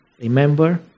remember